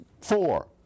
four